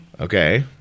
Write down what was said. Okay